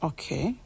Okay